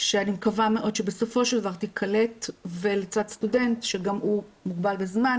שאני מקווה מאוד שבסופו של דבר תיקלט ולצד סטודנט שגם הוא מוגבל בזמן.